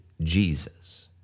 Jesus